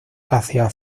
hacia